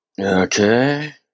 Okay